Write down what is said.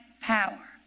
power